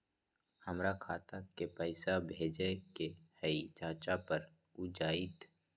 हमरा खाता के पईसा भेजेए के हई चाचा पर ऊ जाएत?